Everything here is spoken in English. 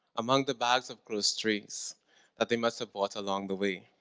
among the bags of groceries that they must have bought along the way.